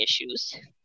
issues